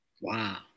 Wow